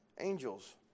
angels